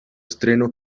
estreno